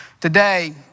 Today